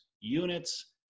units